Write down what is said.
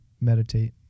meditate